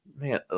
man